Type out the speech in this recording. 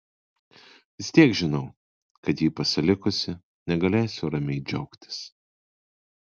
vis tiek žinau kad jį pasilikusi negalėsiu ramiai džiaugtis